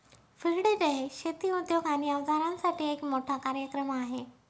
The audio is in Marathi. फिल्ड डे शेती उद्योग आणि अवजारांसाठी एक मोठा कार्यक्रम आहे